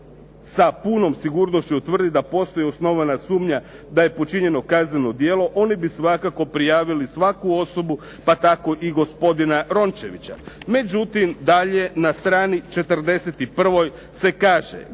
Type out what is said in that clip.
sa punom sigurnošću utvrdi da postoji osnovana sumnja da je počinjeno kazneno djelo, oni bi svakako prijavili svaku osobu, pa tako i gospodina Rončevića. Međutim dalje na strani 41. se kaže,